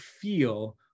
feel